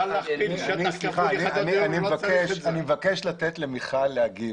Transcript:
--- אני מבקש לתת למיכל להגיב.